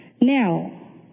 Now